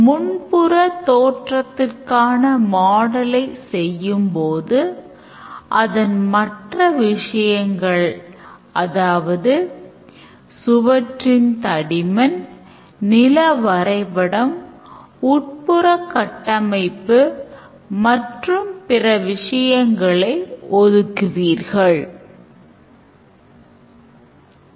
use case இன் பெயர் use case ஐ பயன்படுத்தும் actors use case ஐ செயல்படுத்தத் தூண்டும் trigger use case ஐ செயல்படுத்துவதற்கு முன் வைத்திருக்க வேண்டிய முன் நிபந்தனைகள் அதாவது systemக்கும் userக்கும் இடையேயான interaction sequence மற்றும் alternative flows என்பவையாகும்